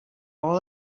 all